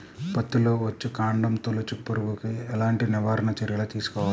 పత్తిలో వచ్చుకాండం తొలుచు పురుగుకి ఎలాంటి నివారణ చర్యలు తీసుకోవాలి?